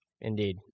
Indeed